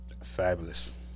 Fabulous